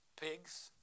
pigs